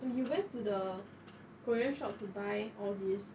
oh you went to the korean shop to buy all these